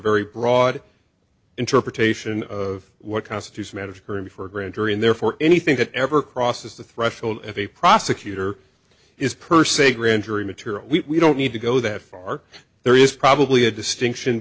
very broad interpretation of what constitutes manage her before a grand jury and therefore anything that ever crosses the threshold if a prosecutor is per say grand jury material we don't need to go that far there is probably a distinction